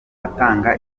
atanga